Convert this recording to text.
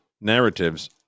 narratives